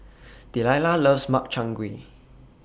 Delila loves Makchang Gui